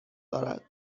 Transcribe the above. دارد